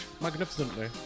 magnificently